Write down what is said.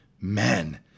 men